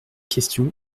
questions